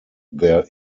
their